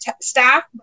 staff